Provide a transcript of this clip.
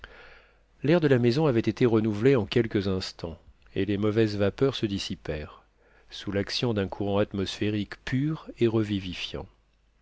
l'air de la maison avait été renouvelé en quelques instants et les mauvaises vapeurs se dissipèrent sous l'action d'un courant atmosphérique pur et revivifiant